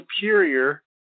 superior